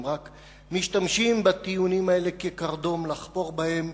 הם רק משתמשים בטיעונים האלה כקרדום לחפור בהם,